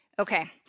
Okay